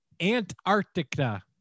antarctica